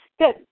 Good